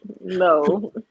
No